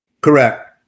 Correct